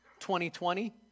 2020